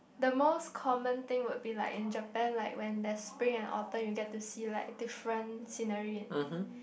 the most common thing would be like in Japan like when there's spring and autumn you get to see like different scenery